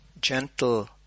gentle